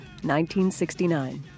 1969